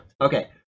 Okay